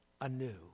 anew